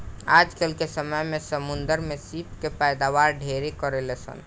आजकल के समय में समुंद्र में सीप के पैदावार ढेरे करेलसन